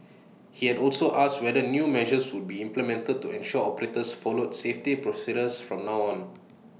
he had also asked whether new measures would be implemented to ensure operators follow safety procedures from now on